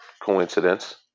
coincidence